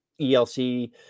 ELC